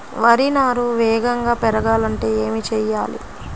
వరి నారు వేగంగా పెరగాలంటే ఏమి చెయ్యాలి?